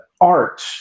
art